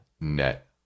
net